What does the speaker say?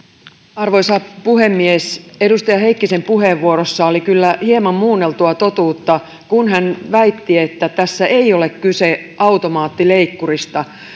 arvoisa puhemies edustaja heikkisen puheenvuorossa oli kyllä hieman muunneltua totuutta kun hän väitti että tässä ei ole kyse automaattileikkurista